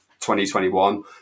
2021